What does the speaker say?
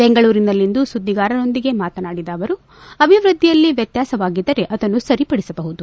ಬೆಂಗಳೂರಿನಲ್ಲಿಂದು ಸುದ್ದಿಗಾರರೊಂದಿಗೆ ಮಾತನಾಡಿದ ಅವರು ಅಭಿವೃದ್ದಿಯಲ್ಲಿ ವ್ಯತ್ಯಾಸವಾಗಿದ್ದರೆ ಅದನ್ನು ಸರಿಪಡಿಸಬಹುದು